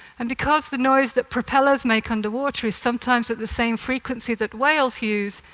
and because the noise that propellers make underwater is sometimes at the same frequency that whales use,